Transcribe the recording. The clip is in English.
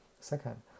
second